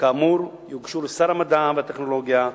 כאמור יוגשו לשר המדע והטכנולוגיה,